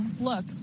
Look